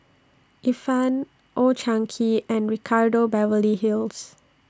Ifan Old Chang Kee and Ricardo Beverly Hills